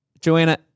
Joanna